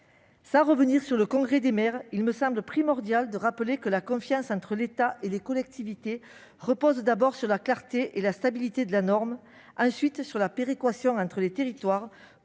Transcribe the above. Sans revenir sur le Congrès des maires, il me semble primordial de rappeler que la confiance entre l'État et les collectivités repose, d'abord, sur la clarté et la stabilité de la norme, ensuite, sur la péréquation entre les territoires